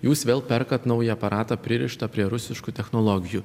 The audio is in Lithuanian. jūs vėl perkat naują aparatą pririštą prie rusiškų technologijų